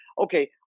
okay